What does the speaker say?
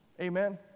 Amen